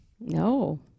No